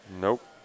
Nope